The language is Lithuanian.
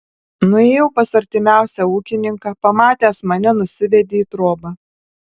nuėjau pas artimiausią ūkininką pamatęs mane nusivedė į trobą